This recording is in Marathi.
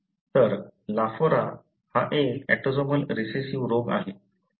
तर लाफोरा हा एक ऑटोसोमल रिसेसिव्ह रोग आहे